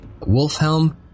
Wolfhelm